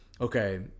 okay